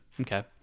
Okay